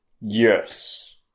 Yes